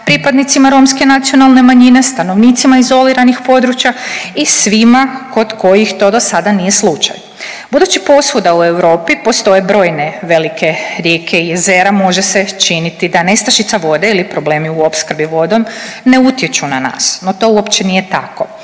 pripadnicima romske nacionalne manjine, stanovnicima izoliranih područja i svima kod kojih to do sada nije slučaj. Budući posvuda u Europi postoje brojne velike rijeke i jezera može se činiti da nestašica vode ili problemi u opskrbi vodom ne utječu na nas, no to uopće nije tako.